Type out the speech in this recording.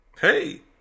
Hey